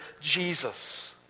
Jesus